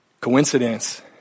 Coincidence